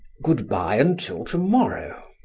good-bye until to-morrow.